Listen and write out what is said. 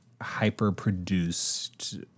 hyper-produced